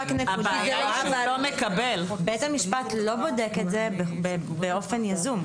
בית המשפט לא בודק את זה באופן יזום.